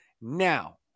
now